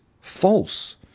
false